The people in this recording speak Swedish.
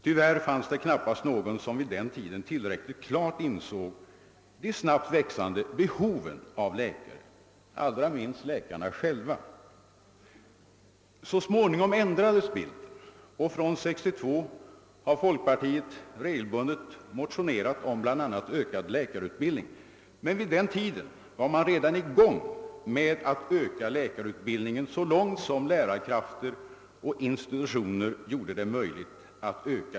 Tyvärr fanns det knappast någon som vid denna tid tillräckligt klart insåg det snabbt växande behovet av läkare, allra minst läkarna själva. Så småningom ändrades bilden och från 1962 har folkpartiet regelbundet motionerat om bl.a. ökad läkarutbildning, men vid den tiden hade man redan börjat öka denna utbildning så långt lärarkrafter och institutioner tilllät.